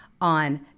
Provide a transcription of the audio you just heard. on